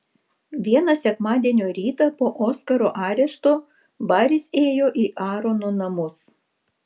vieną sekmadienio rytą po oskaro arešto baris ėjo į aarono namus